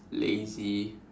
lazy